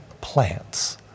plants